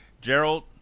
Gerald